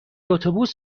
اتوبوس